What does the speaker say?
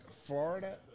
Florida